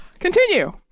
Continue